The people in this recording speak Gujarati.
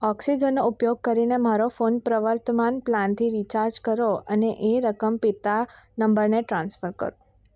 ઓક્સિજનનો ઉપયોગ કરીને મારો ફોન પ્રવર્તમાન પ્લાનથી રીચાર્જ કરો અને એ રકમ પિતા નંબરને ટ્રાન્સફર કરો